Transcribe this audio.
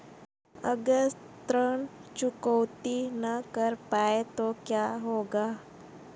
अगर ऋण चुकौती न कर पाए तो क्या होगा?